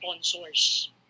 sponsors